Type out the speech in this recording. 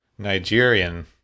nigerian